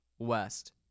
West